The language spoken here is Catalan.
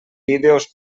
vídeos